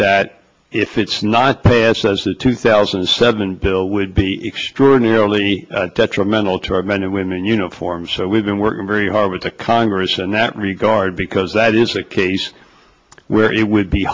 that if it's not passed says the two thousand and seven bill would be extraordinarily detrimental to our men and women you know form so we've been working very hard with the congress in that regard because that is a case where it would be